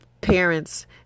parents